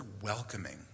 welcoming